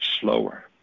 slower